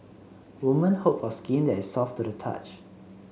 women hope for skin that is soft to the touch